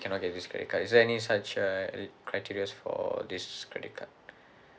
you cannot get this credit card is there any such uh criterias for this credit card